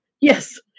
Yes